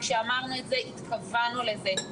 וכשאמרנו זאת התכוונו לזה,